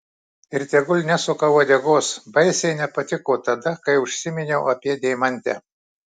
ir tegul nesuka uodegos baisiai nepatiko tada kai užsiminiau apie deimantę